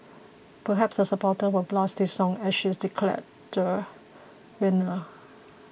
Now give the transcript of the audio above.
perhaps her supporters will blast this song as she is declare the winner